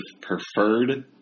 preferred